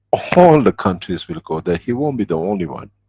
ah all the countries will go there, he won't be the only one.